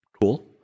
Cool